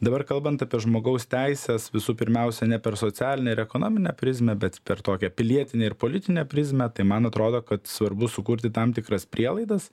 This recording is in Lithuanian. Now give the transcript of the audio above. dabar kalbant apie žmogaus teises visų pirmiausia ne per socialinę ir ekonominę prizmę bet per tokią pilietinę ir politinę prizmę tai man atrodo kad svarbu sukurti tam tikras prielaidas